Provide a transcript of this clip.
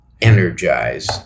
Energize